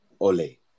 Ole